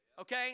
okay